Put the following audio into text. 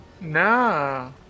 Nah